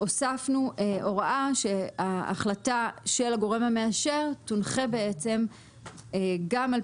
הוספנו הוראה שההחלטה של הגורם המאשר תונחה גם על